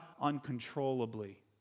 uncontrollably